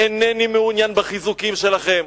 אינני מעוניין בחיזוקים שלכם,